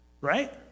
right